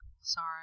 Sorry